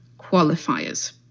qualifiers